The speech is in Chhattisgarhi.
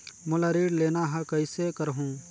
मोला ऋण लेना ह, कइसे करहुँ?